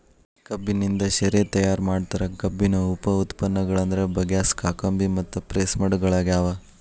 ಕಬ್ಬಿನಿಂದ ಶೇರೆ ತಯಾರ್ ಮಾಡ್ತಾರ, ಕಬ್ಬಿನ ಉಪ ಉತ್ಪನ್ನಗಳಂದ್ರ ಬಗ್ಯಾಸ್, ಕಾಕಂಬಿ ಮತ್ತು ಪ್ರೆಸ್ಮಡ್ ಗಳಗ್ಯಾವ